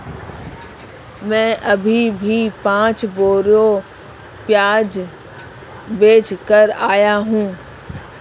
मैं अभी अभी पांच बोरी प्याज बेच कर आया हूं